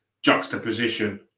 juxtaposition